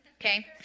okay